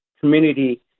community